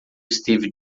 steve